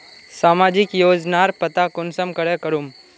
सामाजिक योजनार पता कुंसम करे करूम?